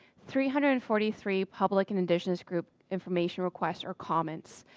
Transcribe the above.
three hundred and forty three public, and indigenous group information requests, or comments.